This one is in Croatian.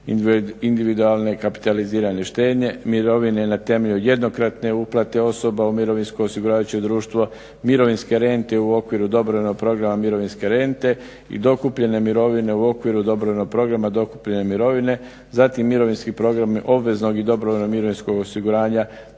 individualne kapitalizirane štednje, mirovine na temelju jednokratne uplate osoba u mirovinsko osiguravajuće društvo, mirovinske rente u okviru dobrovoljnog programa mirovinske rente i dokupljene mirovine u okviru dobrovoljnog programa dokupljene mirovine, zatim mirovinski program obveznog i dobrovoljnog mirovinskog osiguranja